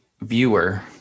viewer